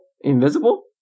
invisible